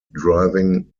driving